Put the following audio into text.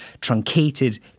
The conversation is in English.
truncated